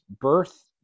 birth